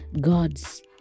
God's